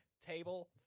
Table